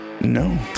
No